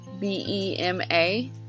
B-E-M-A